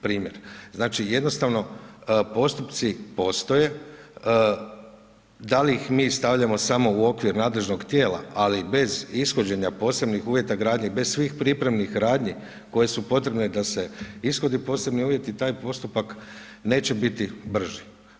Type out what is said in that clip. Primjer, znači jednostavno postupci postoje, da li ih mi stavljamo samo u okvir nadležnog tijela, ali bez ishođenja posebnih uvjeta gradnje, bez svih pripremnih radnji koje su potrebne da se ishode posebni uvjeti, taj postupak neće biti brži.